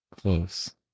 Close